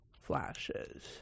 flashes